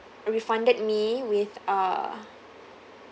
refunded me with err